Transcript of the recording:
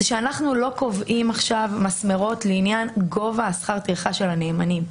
אנחנו לא קובעים עכשיו מסמרות לעניין גובה שכר הטרחה של הנאמנים.